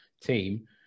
team